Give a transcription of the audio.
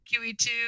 QE2